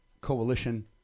Coalition